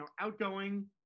outgoing